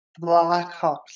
Blackhawks